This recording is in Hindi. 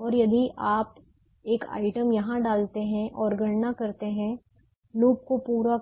और यदि आप एक आइटम यहां डालते हैं और गणना करते हैं लूप को पूरा